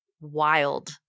wild